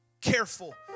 careful